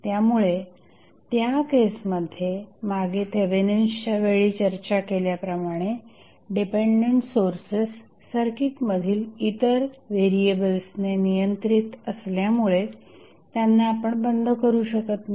त्यामुळे त्या केसमध्ये मागे थेवेनिन्सच्या वेळी चर्चा केल्याप्रमाणे डिपेंडंट सोर्सेस सर्किट मधील इतर व्हेरिएबल्सने नियंत्रित असल्यामुळे त्यांना आपण बंद करू शकत नाही